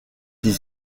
des